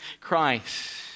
Christ